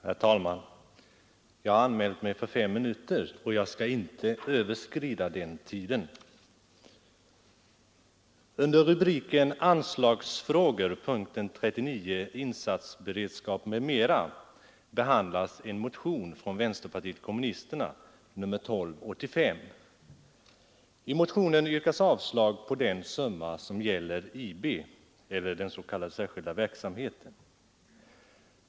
Herr talman! Jag har anmält mig för fem minuter, och jag skall inte överskrida den tiden. Under rubriken Anslagsfrågor, punkten 39, som gäller insatsberedskap m.m. behandlas en motion från vänsterpartiet kommunisterna, nr 1285. I motionen yrkas avslag på den summa som gäller IB eller den s.k. särskilda verksamheten.